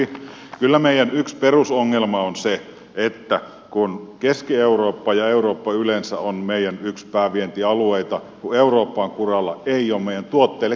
kyllä meidän yksi perusongelma on se että kun keski eurooppa ja eurooppa yleensä on meidän yksi päävientialueita kun eurooppa on kuralla ei ole meidän tuotteille kysyntää